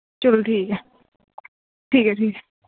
चलो ठीक ऐ ठीक ऐ ठीक ऐ